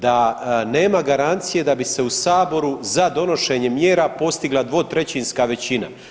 Da nema garancije da bi se u saboru za donošenje mjera postigla 2/3 većina.